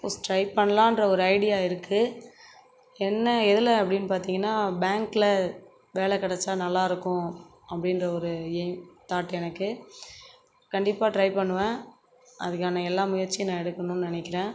try பண்ணலான்ற ஒரு idea இருக்குது என்ன எதில் அப்படின்னு பார்த்தீங்கனா பேங்க்கில் வேலை கிடைச்சா நல்லாருக்கும் அப்படின்ற ஒரு எய்ம் தாட் எனக்கு கண்டிப்பாக ட்ரை பண்ணுவேன் அதுக்கான எல்லா முயற்சியும் நான் எடுக்கணும்னு நினைக்கிறேன்